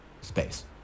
space